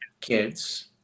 kids